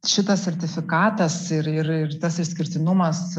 šitas sertifikatas ir ir ir tas išskirtinumas